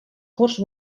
corts